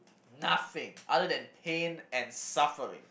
nothing other than pain and suffering